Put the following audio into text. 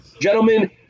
Gentlemen